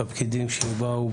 הפקידים שבאו,